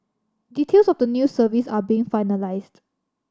details of the new service are being finalised